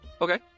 Okay